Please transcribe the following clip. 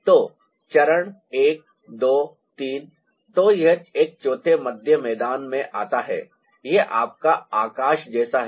तो चरण 1 2 3 तो यह एक चौथे मध्य मैदान में आता है यह आपका आकाश जैसा है